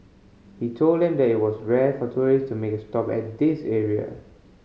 he told them that it was rare for tourist to make a stop at this area